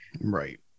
Right